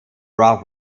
rough